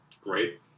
Great